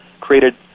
created